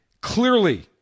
clearly